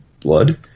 blood